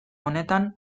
honetan